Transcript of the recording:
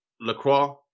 Lacroix